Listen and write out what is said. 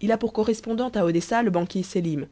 il a pour correspondant à odessa le banquier sélim